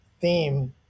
theme